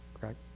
correct